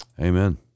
Amen